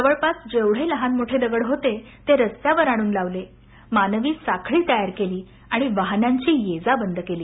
जवळपास जेवढे लहान मोठे दगड होते ते रस्त्यावर आणून लावले मानवी साखळी तयार केली आणि वाहनांची ये जा बंद केली